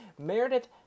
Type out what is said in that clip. Meredith